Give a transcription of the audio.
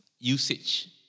usage